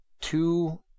two